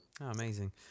Amazing